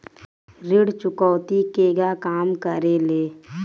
ऋण चुकौती केगा काम करेले?